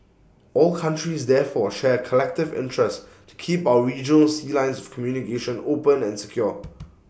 all countries therefore share collective interest to keep our regional sea lines of communication open and secure